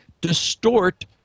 distort